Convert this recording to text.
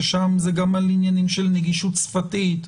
ששם זה גם על עניינים של נגישות שפתית,